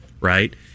right